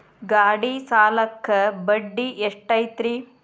ಗಾಡಿ ಸಾಲಕ್ಕ ಬಡ್ಡಿ ಎಷ್ಟೈತ್ರಿ?